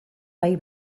bai